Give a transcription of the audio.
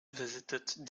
visited